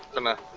and